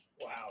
Wow